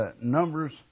Numbers